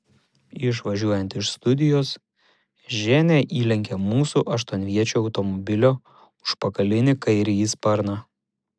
išvažiuojant iš studijos ženia įlenkė mūsų aštuonviečio automobilio užpakalinį kairįjį sparną